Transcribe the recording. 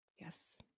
Yes